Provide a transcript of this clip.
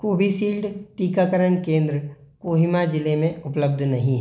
Covishield टीकाकरण केंद्र कोहिमा ज़िले में उपलब्ध नहीं हैं